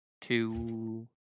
two